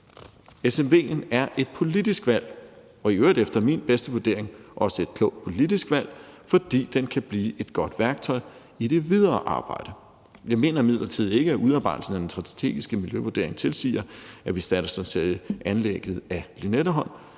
Smv'en er et politisk valg og i øvrigt efter min bedste vurdering også et klogt politisk valg, fordi den kan blive et godt værktøj i det videre arbejde. Jeg mener imidlertid ikke, at udarbejdelsen af den strategiske miljøvurdering tilsiger, at vi standser anlægget af Lynetteholm,